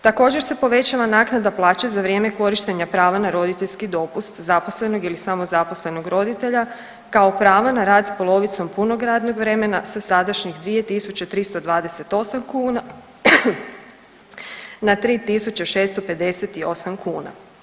Također se povećava naknada plaće za vrijeme korištenja prava na roditeljski dopust zaposlenog ili samozaposlenog roditelja kao prava na rad s polovicom punog radnog vremena sa sadašnjih 2.328 kuna na 3.658 kuna.